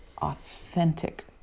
authentic